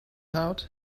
out